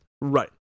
Right